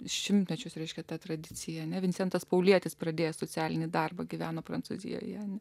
šimtmečius reiškia ta tradicija ne vincentas paulietis pradėjo socialinį darbą gyveno prancūzijoje